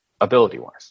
ability-wise